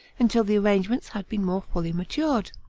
until the arrangements had been more fully matured.